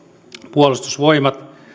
puolustusvoimat